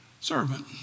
servant